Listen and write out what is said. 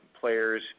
players